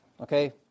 Okay